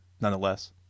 nonetheless